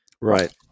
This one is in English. Right